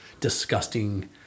disgusting